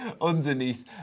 underneath